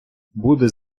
буде